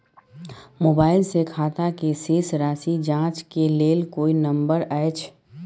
Mobile से खाता के शेस राशि जाँच के लेल कोई नंबर अएछ?